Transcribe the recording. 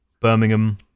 Birmingham